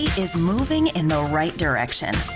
is moving in the right direction.